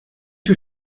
two